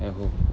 at home